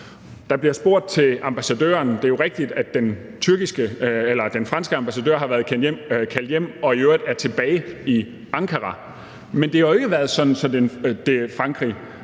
Der bliver spurgt til ambassadøren. Det er jo rigtigt, at den franske ambassadør har været kaldt hjem og i øvrigt er tilbage i Ankara. Men det har jo ikke været sådan, at Frankrig